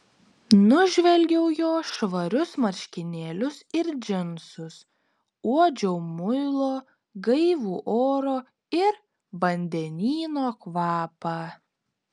nužvelgiau jo švarius marškinėlius ir džinsus uodžiau muilo gaivų oro ir vandenyno kvapą